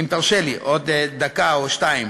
אם תרשה לי, עוד דקה או שתיים.